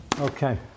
Okay